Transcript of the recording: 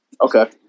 okay